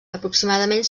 aproximadament